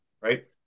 right